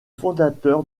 fondateur